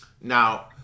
Now